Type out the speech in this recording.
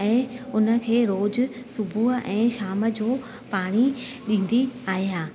ऐं उनखे रोज़ सुबुह ऐं शाम जो पाणी ॾींदी आहियां